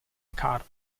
card